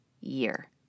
year